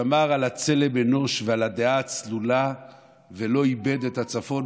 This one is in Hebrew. הוא שמר על צלם האנוש ועל הדעה הצלולה ולא איבד את הצפון,